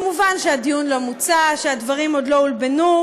מובן שהדיון לא מוצה, שהדברים עוד לא לובנו,